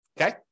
Okay